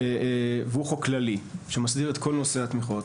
והוא חוק כללי שמסדיר את כל נושא התמיכות,